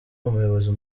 umuyobozi